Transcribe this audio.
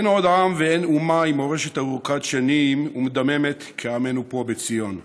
אין עוד עם ואין אומה עם מורשת ארוכת שנים ומדממת כעמנו פה בציון.